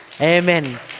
Amen